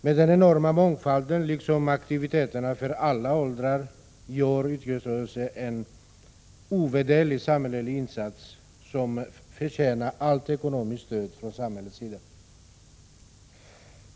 Med den enorma mångfalden liksom aktiviteterna för alla åldrar gör idrottsrörelsen en ovärderlig samhällsinsats, som förtjänar allt ekonomiskt stöd från samhällets sida.